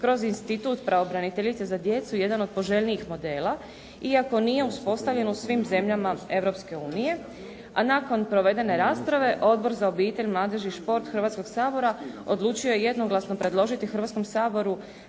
kroz institutu pravobraniteljice za djecu jedan od poželjnijih modela, iako nije uspostavljen u svim zemljama Europske unije, a nakon provedene rasprave, Odbor za obitelj, mladež i šport Hrvatskog sabora odlučio je jednoglasno predložiti Hrvatskom saboru